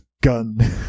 gun